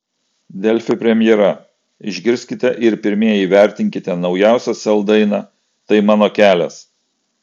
delfi premjera išgirskite ir pirmieji įvertinkite naujausią sel dainą tai mano kelias